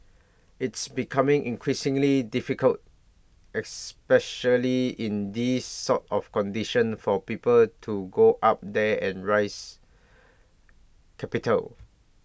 it's becoming increasingly difficult especially in these sort of conditions for people to go up there and rise capital